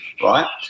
right